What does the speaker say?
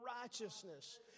righteousness